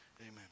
Amen